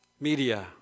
Media